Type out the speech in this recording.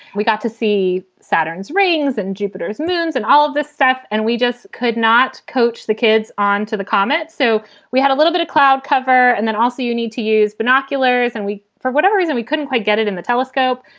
we got to see saturn's rings and jupiter's moons and all of this stuff, and we just could not coach the kids onto the comet. so we had a little bit of cloud cover. and then also you need to use binoculars. and we, for whatever reason, we couldn't quite get it in the telescope.